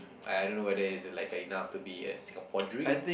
I I don't know whether is it like a enough to be a Singapore dream